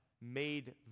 made